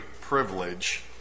privilege